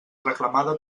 reclamada